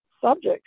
subjects